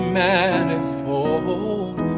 manifold